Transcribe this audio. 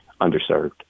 underserved